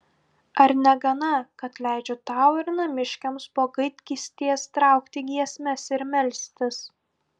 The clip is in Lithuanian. ar negana kad leidžiu tau ir namiškiams po gaidgystės traukti giesmes ir melstis